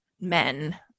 men